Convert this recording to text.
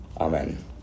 Amen